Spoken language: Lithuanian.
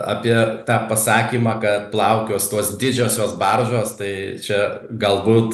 apie tą pasakymą kad plaukios tos didžiosios baržos tai čia galbūt